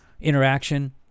interaction